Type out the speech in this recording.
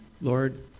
Lord